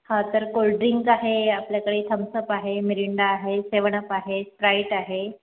हां तर कोल्ड्रिंक आहे आपल्याकडे थम्सअप आहे मिरिंडा आहे सेवनअप आहे स्प्राईट आहे